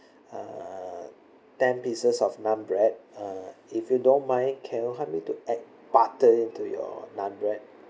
uh ten pieces of naan bread uh if you don't mind can you help me to add butter into your naan bread